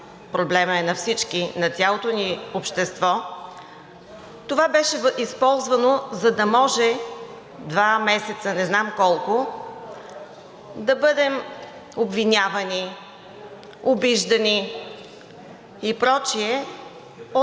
Проблемът е на всички, на цялото ни общество. Това беше използвано, за да може два месеца – не знам колко, да бъдем обвинявани, обиждани и така